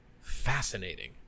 fascinating